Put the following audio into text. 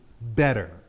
better